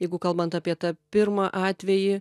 jeigu kalbant apie tą pirmą atvejį